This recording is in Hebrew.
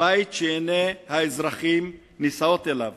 הבית שעיני האזרחים נישאות אליו,